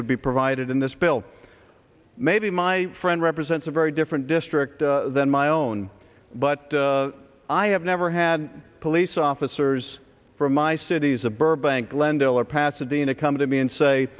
would be provided in this bill maybe my friend represents a very different district than my own but i have never had police officers from my city's a burbank glendale or pasadena come to me and say